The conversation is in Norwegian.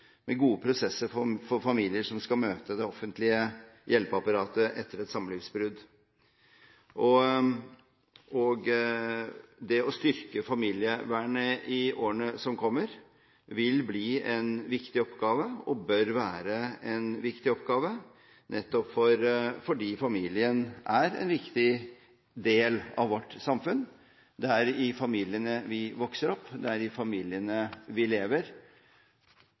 med gode prosesser for familier som skal møte det offentlige hjelpeapparatet etter et samlivsbrudd. Det å styrke familievernet i årene som kommer, vil bli en viktig oppgave, og bør være en viktig oppgave, nettopp fordi familien er en viktig del av vårt samfunn. Det er i familiene vi vokser opp, det er i familiene vi lever,